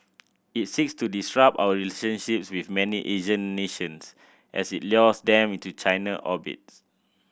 it seeks to disrupt our relationships with many Asian nations as it lures them into China's orbit